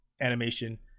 Animation